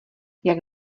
jak